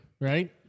Right